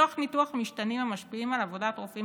מתוך ניתוח משתנים המשפיעים על עבודת רופאים